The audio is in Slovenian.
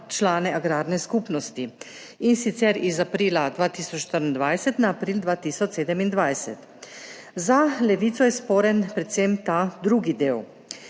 člane agrarne skupnosti, in sicer z aprila 2024 na april 2027. Za Levico je sporen predvsem ta drugi del.